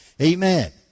Amen